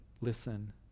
listen